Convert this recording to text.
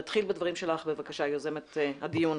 נתחיל בדברים שלך בבקשה, יוזמת הדיון,